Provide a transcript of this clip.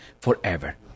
forever